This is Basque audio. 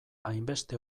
hainbeste